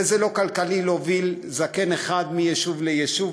וזה לא כלכלי להוביל זקן אחד מיישוב ליישוב.